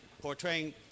portraying